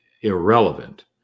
irrelevant